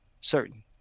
Certain